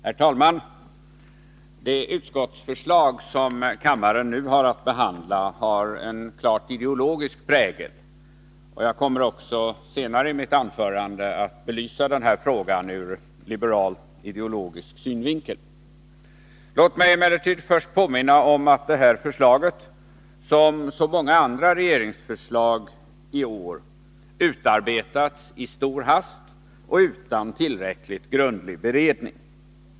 Herr talman! Det utskottsförslag som kammaren nu har att behandla har en klart ideologisk prägel, och jag kommer också senare i mitt anförande att belysa frågan ur liberal-ideologisk synvinkel. Låt mig emellertid först påminna om att detta förslag — som så många andra regeringsförslag i år — utarbetats i stor hast och utan tillräckligt grundlig beredning.